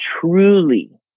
truly